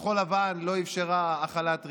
כחול לבן לא אפשרה החלת ריבונות,